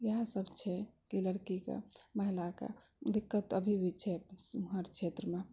इएह सब छै लड़कीके लए कऽ दिक्कत अभी भी छै हर क्षेत्रमे